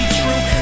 true